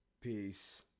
Peace